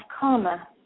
karma